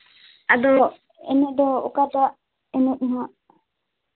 ᱟᱫᱚ ᱮᱱᱮᱡ ᱫᱚ ᱚᱠᱟᱴᱟᱜ ᱮᱱᱮᱡ ᱦᱟᱸᱜ